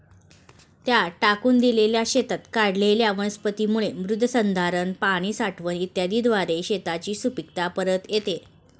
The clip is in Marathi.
त्या टाकून दिलेल्या शेतात वाढलेल्या वनस्पतींमुळे मृदसंधारण, पाणी साठवण इत्यादीद्वारे शेताची सुपीकता परत येते